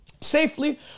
safely